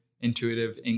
intuitive